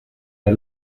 der